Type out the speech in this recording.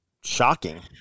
shocking